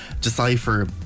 decipher